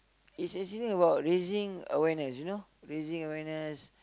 is actually about raising awareness you know raising awareness